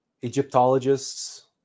Egyptologists